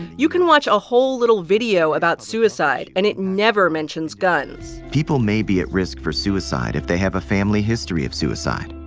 you can watch a whole little video about suicide. and it never mentions guns people may be at risk for suicide if they have a family history of suicide,